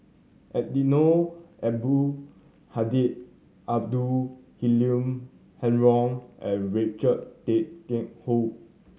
Eddino Abdul Hadi Abdul Halim Haron and Richard Tay Tian Hoe